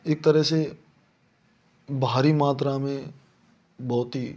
एक तरह से भारी मात्रा में बहुत ही